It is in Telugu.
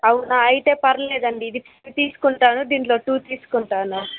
అవునా అయితే పర్లేదండీ ఇది త్రీ తీసుకుంటాను దీంట్లో టూ తీసుకుంటాను